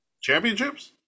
Championships